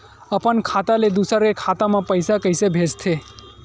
अपन खाता ले दुसर के खाता मा पईसा कइसे भेजथे?